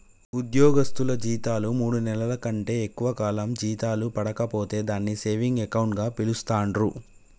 ఉద్యోగస్తులు జీతాలు మూడు నెలల కంటే ఎక్కువ కాలం జీతాలు పడక పోతే దాన్ని సేవింగ్ అకౌంట్ గా పిలుస్తాండ్రు